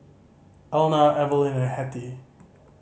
Elna Evalyn and Hettie